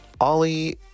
Ollie